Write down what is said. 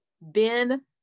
Ben